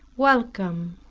welcome,